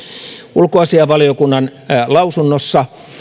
ulkoasiainvaliokunnan lausunnossa